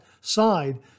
side